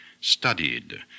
studied